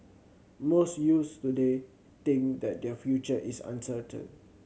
most youths today think that their future is uncertain